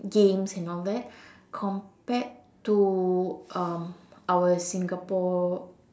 games and all that compared to um our Singapore